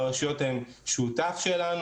הרשויות הן שותפות שלנו.